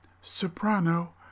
soprano